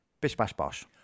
bish-bash-bosh